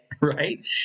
right